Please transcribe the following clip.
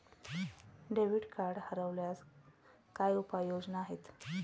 Debit card हरवल्यास काय उपाय योजना आहेत?